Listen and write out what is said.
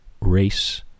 Race